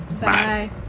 Bye